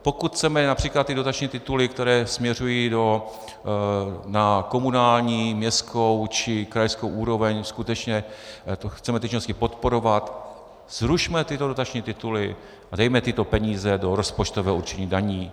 Pokud chceme například ty dotační tituly, které směřují na komunální, městskou či krajskou úroveň, skutečně chceme ty činnosti podporovat, zrušme tyto dotační tituly a dejme tyto peníze do rozpočtového určení daní.